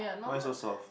why so soft